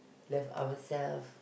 love ourselves